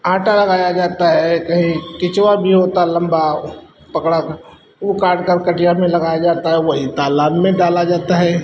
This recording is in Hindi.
आटा लगाया जाता है कहीं केँचुआ भी होता लम्बा पकड़ा वह काटकर कटिया में लगाया जाता है वही तालाब में डाला जाता है